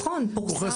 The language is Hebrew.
נכון, פורסם.